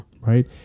right